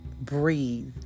breathe